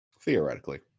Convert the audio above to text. theoretically